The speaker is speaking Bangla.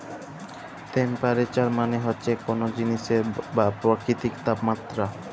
টেম্পারেচার মালে হছে কল জিলিসের বা পকিতির তাপমাত্রা